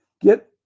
Get